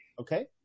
Okay